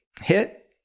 hit